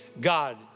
God